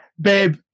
babe